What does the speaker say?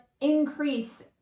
increase